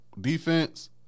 defense